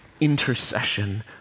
intercession